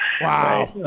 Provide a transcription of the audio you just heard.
Wow